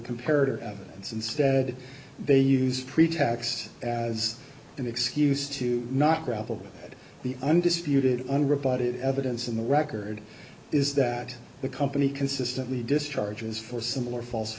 comparative evidence instead they use pretext as an excuse to not gravel the undisputed unrebutted evidence in the record is that the company consistently discharges for similar false